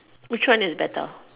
which one is better